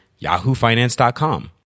yahoofinance.com